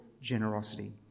generosity